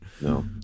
No